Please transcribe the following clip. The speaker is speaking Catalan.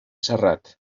serrat